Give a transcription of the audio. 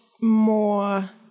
more